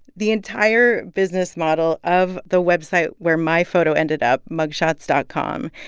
the entire business model of the website where my photo ended up, mugshots dot com,